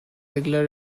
regular